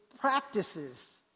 practices